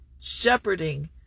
shepherding